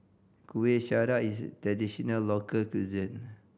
Kuih Syara is a traditional local cuisine